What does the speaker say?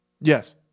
Yes